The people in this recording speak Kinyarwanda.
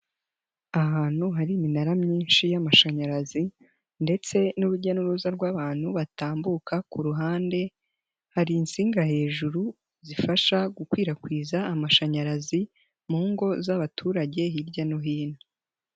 Ahantu hari iminara myinshi y'amashanyarazi ndetse n'urujya n'uruza rw'abantu batambuka ku ruhande, hari insinga hejuru zifasha gukwirakwiza amashanyarazi mu ngo z'abaturage hirya no hino.